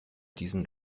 diesen